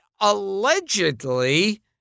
Allegedly